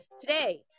today